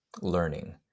learning